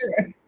sure